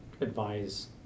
advise